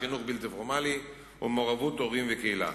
חינוך בלתי פורמלי ומעורבות הורים וקהילה.